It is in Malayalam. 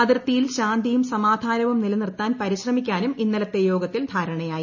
അതിർത്തിയിൽ ശാന്തിയും സമാധാനവും നിലനിർത്താൻ പരിശ്രമിക്കാനും ഇന്നലത്തെ യോഗത്തിൽ ധാരണയായി